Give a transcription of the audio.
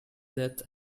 death